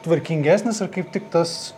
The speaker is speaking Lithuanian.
tvarkingesnis ar kaip tik tas